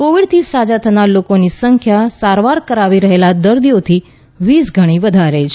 કોવિડથી સાજા થનારા લોકોની સંખ્યા સારવાર કરાવી રહેલા દર્દીઓથી વીસ ગણી વધારે છે